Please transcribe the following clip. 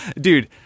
Dude